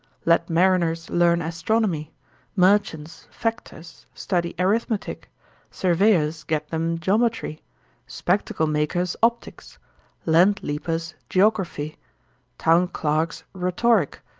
let mariners learn astronomy merchants, factors study arithmetic surveyors get them geometry spectacle-makers optics land-leapers geography town-clerks rhetoric,